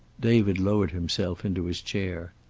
david lowered himself into his chair.